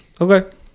Okay